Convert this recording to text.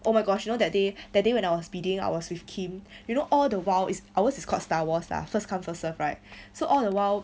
oh my gosh you know that day that day when I was speeding I was with kim you know all the while his ours is called star wars lah first come first served right so all the while